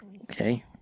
Okay